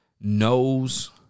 knows